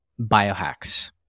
biohacks